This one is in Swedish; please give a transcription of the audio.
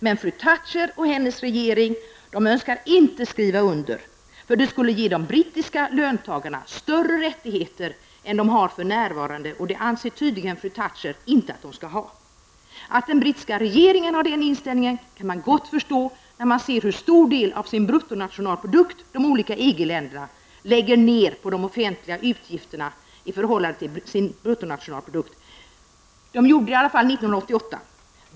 Fru Thatcher och hennes regering önskar inte skriva under. Det skulle ge de brittiska löntagarna större rättigheter än de har för närvarande, och det anser fru Thatcher tydligen inte att de skall ha. Att den brittiska regeringen har den inställningen kan man gott förstå, när man ser hur stor del av bruttonationalprodukten de olika EG-länderna lägger ned på de offentliga utgifterna. Det gjorde de i alla fall 1988.